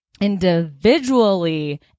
individually